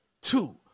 two